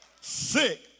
sick